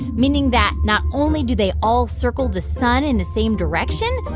meaning that not only do they all circle the sun in the same direction,